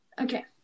Okay